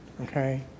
Okay